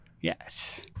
Yes